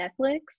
Netflix